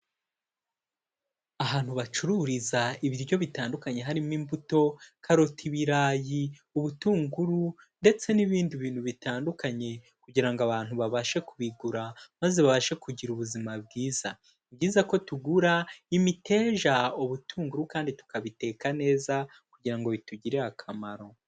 Ahantu bacururiza ibiryo bitandukanye harimo imbuto, karoti, ibirayi, ubutunguru, ndetse n'ibindi bintu bitandukanye kugira ngo abantu babashe kubigura maze babashe kugira ubuzima bwiza, ni byiza ko tugura imiteja ubutunguru kandi tukabiteka neza kugira ngo bitugirire akamaro.